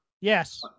Yes